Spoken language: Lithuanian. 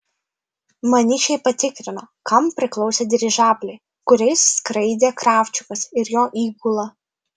maniškiai patikrino kam priklausė dirižabliai kuriais skraidė kravčiukas ir jo įgula